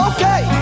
Okay